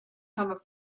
come